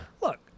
look